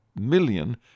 million